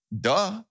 duh